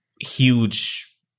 huge